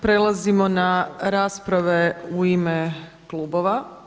Prelazimo na rasprave u ime klubova.